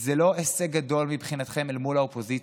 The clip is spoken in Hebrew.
זה לא הישג גדול מבחינתכם אל מול האופוזיציה,